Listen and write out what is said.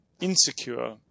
insecure